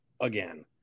again